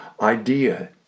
idea